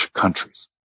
countries